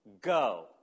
go